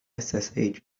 ssh